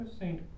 Saint